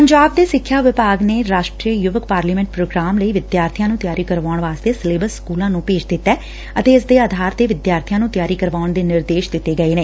ਪੰਜਾਬ ਦੇ ਸਿੱਖਿਆ ਵਿਭਾਗ ਨੇ ਰਾਸ਼ਟਰੀ ਯੁਵਕ ਪਾਰਲੀਸੈਂਟ ਪ੍ਰੋਗਰਾਮ ਲਈ ਵਿਦਿਆਰਬੀਆਂ ਨੂੰ ਤਿਆਰੀ ਕਰਵਾਉਣ ਵਾਸਤੇ ਸਿਲੇਬਸ ਸਕੁਲਾਂ ਨੂੰ ਭੇਜ ਦਿੱਤੈ ਅਤੇ ਇਸ ਦੇ ਆਧਾਰ ਤੇ ਵਿਦਿਆਰਬੀਆਂ ਨੂੰ ਤਿਆਰੀ ਕਰਵਾਉਣ ਦੇ ਨਿਰਦੇਸ਼ ਦਿੱਤੇ ਗਏ ਨੇ